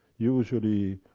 usually,